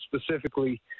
specifically